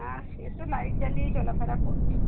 না সে তো লাইট জ্বালিয়েই চলাফেরা করছি